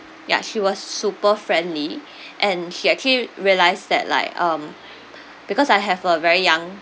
ya she was super friendly and she actually realised that like um because I have a very young